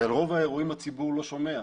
על רוב האירועים הציבור לא שומע,